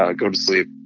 ah go to sleep,